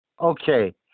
Okay